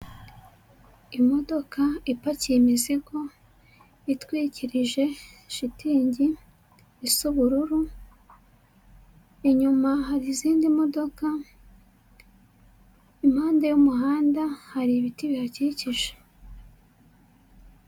Imodoka ipakiye imizigo itwikirije shitingi isa ubururu, inyuma hari izindi modoka, impande y'umuhanda hari ibiti bihakikije.